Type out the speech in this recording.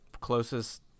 closest